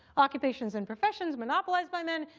occupations, and professions monopolized by men.